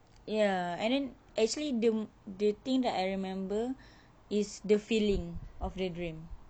ya and then actually the the thing that I remember is the feeling of the dream